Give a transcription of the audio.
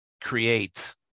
create